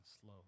slow